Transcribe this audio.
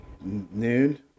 noon